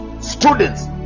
students